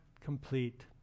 complete